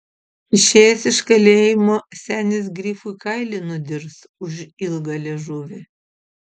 išėjęs iš kalėjimo senis grifui kailį nudirs už ilgą liežuvį